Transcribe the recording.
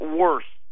worse